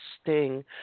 sting